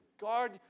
guard